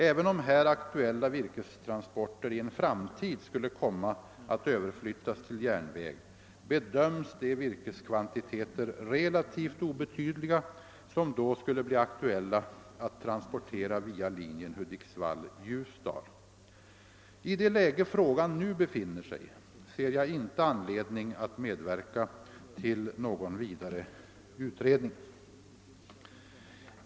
Även om här aktuella virkestransporter i en framtid skulle komma att överflyttas till järnväg, bedöms de virkeskvantiteter relativt obetydliga, som då skulle bli aktuella att transportera via linjen Hudiksvall —Ljusdal. I det läge frågan nu befinner sig ser jag inte anledning att medverka till någon vidare utredning.